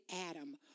Adam